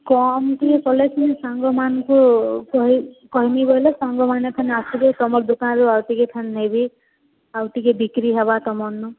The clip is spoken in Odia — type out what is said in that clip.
କମ ଟିକେ କଲେ ସିନା ସାଙ୍ଗମାନଙ୍କୁ କହିବି ବଲେ ସାଙ୍ଗମାନେ ଆସିବେ ତୁମ ଦୋକାନରୁ ଆଉ ଟିକେ କଣ ନେବି ଆଉ ଟିକେ ବିକ୍ରି ହେବାର ତୁମର୍ ନୁ